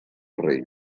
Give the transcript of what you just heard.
rei